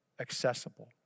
accessible